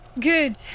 Good